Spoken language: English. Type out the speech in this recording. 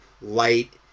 light